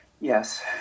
yes